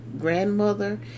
grandmother